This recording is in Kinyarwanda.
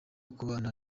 kubana